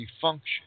function